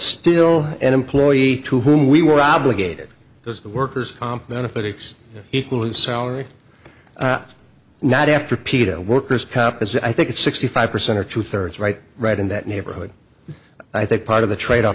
still an employee to whom we were obligated because the worker's comp benefits equal his salary not after pita workers comp is i think it's sixty five percent or two thirds right right in that neighborhood i think part of the trade